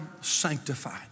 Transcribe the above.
sanctified